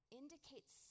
indicates